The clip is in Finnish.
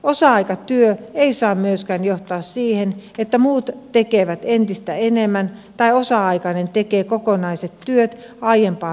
osa aikatyö ei saa myöskään johtaa siihen että muut tekevät entistä enemmän tai osa aikainen tekee kokonaiset työt aiempaa pienemmällä palkalla